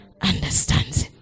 understands